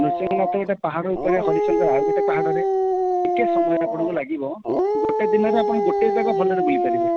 ନୃସିଙ୍ଗନାଥ ଗୋଟେ ପାହାଡ଼ ଉପରେ ହରିଶଙ୍କର ଆଉ ଗୋଟେ ପାହାଡ଼ରେ ଟିକେ ସମୟ ଆପଣଙ୍କୁ ଲାଗିବ ଗୋଟିଏ ଦିନରେ ଆପଣ ଗୋଟିଏ ଯାଗା ଭଲରେ ବୁଲି ପାରିବେ